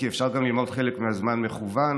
כי אפשר גם ללמוד חלק מהזמן מקוון.